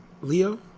Leo